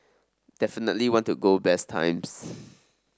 definitely want to go best times